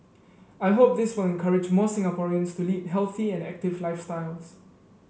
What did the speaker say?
I hope this will encourage more Singaporeans to lead healthy and active lifestyles